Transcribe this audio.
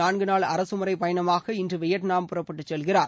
நான்கு நாள் அரசுமுறைப் பயணமாக இன்று வியட்நாம் புறப்பட்டுச் செல்கிறார்